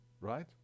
right